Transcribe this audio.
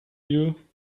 you